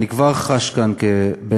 אני כבר חש כאן כבן-בית,